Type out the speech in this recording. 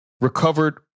recovered